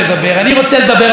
ומהי אותה צביעות?